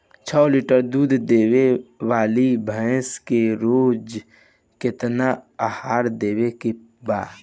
छह लीटर दूध देवे वाली भैंस के रोज केतना आहार देवे के बा?